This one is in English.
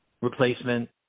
replacement